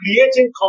creating